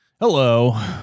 Hello